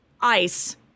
ice